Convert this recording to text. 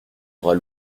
bras